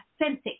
authentic